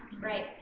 Right